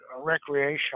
recreational